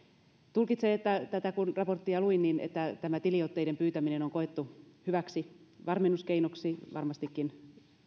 tulkitsen tätä raporttia kun luin että tämä tiliotteiden pyytäminen on koettu hyväksi varmennuskeinoksi ja on varmastikin